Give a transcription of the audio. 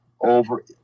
over